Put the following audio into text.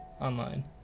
online